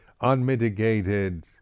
unmitigated